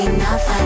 Enough